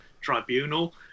tribunal